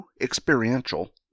Experiential